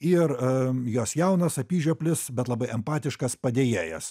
ir jos jaunas apyžioplis bet labai empatiškas padėjėjas